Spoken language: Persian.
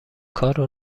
کارو